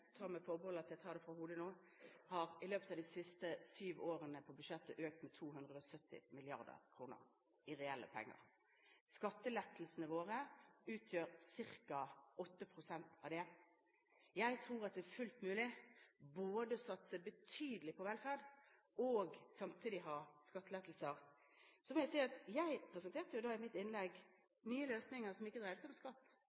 tar det fra hodet nå – har i løpet av de siste syv årene på budsjettet økt med 270 mrd. kr i reelle penger. Skattelettelsene våre utgjør ca. 8 pst. av det. Jeg tror at det er fullt mulig både å satse betydelig på velferd og samtidig ha skattelettelser. Så må jeg si at jeg presenterte jo i mitt